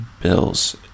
Bills